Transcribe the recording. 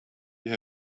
you